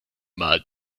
mal